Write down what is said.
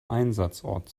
einsatzort